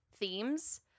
themes